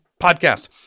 podcast